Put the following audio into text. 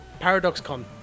ParadoxCon